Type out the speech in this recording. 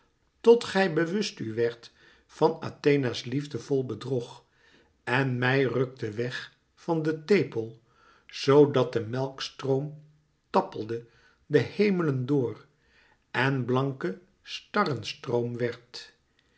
tot gij bewust u werd van athena s liefdevol bedrog en mij rùkte weg van den tepel zoo dat melkstroom tappelde de hemelen door en blanke